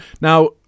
Now